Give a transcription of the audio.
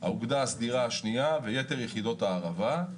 האוגדה הסדירה השנייה ויתר יחידות הערבה.